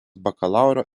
bakalauro